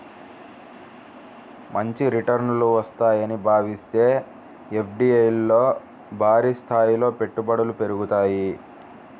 మంచి రిటర్నులు వస్తాయని భావిస్తే ఎఫ్డీఐల్లో భారీస్థాయిలో పెట్టుబడులు పెరుగుతాయి